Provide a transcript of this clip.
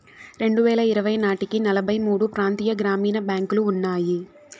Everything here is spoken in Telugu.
రెండువేల ఇరవై నాటికి నలభై మూడు ప్రాంతీయ గ్రామీణ బ్యాంకులు ఉన్నాయి